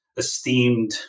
esteemed